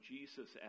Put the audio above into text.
Jesus